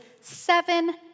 seven